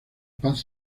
paz